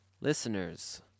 listeners